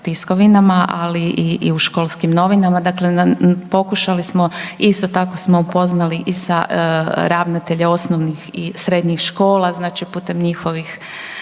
tiskovinama, ali i u školskim novinama, dakle pokušali smo, isto tako smo upoznali i sa ravnatelja osnovnih i srednjih škola, znači putem njihovih